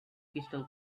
crystal